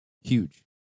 huge